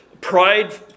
Pride